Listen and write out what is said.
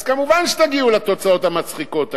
אז כמובן שתגיעו לתוצאות המצחיקות האלה.